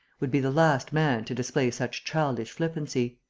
would be the last man to display such childish flippancy.